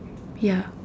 ya